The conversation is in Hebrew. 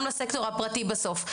גם לסקטור הפרטי בסוף.